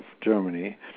Germany